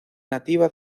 nativa